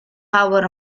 power